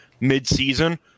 mid-season